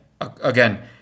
again